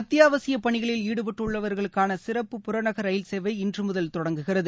அத்தியாவசிய பணிகளில் ஈடுபட்டுள்ளவர்களுக்கான சிறப்பு புறநகர் ரயில் சேவை இன்று முதல் தொடங்குகிறது